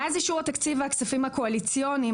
מאז אישור התקציב הכספים הקואליציוניים,